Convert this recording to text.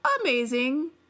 amazing